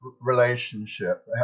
relationship